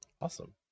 Awesome